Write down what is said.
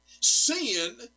Sin